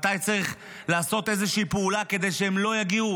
מתי צריך לעשות איזושהי פעולה כדי שהם לא יגיעו